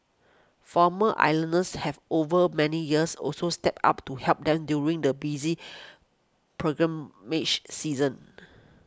former islanders have over many years also stepped up to help them during the busy pilgrimage season